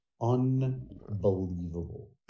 unbelievable